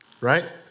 right